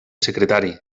secretari